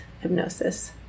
hypnosis